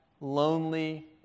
lonely